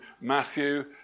Matthew